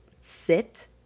sit